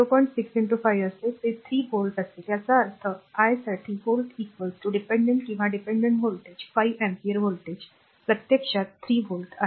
6 5 असेल ते 3 व्होल्ट असेल याचा अर्थ I साठी व्होल्ट dependent किंवा dependent voltage 5 अँपिअर व्होल्टेज प्रत्यक्षात 3 volt आहे